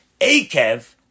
akev